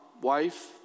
wife